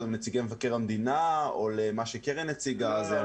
נציגי מבקר המדינה או למה שקרן הציגה.